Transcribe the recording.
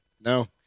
no